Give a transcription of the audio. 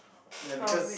ya because